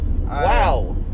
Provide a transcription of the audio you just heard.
wow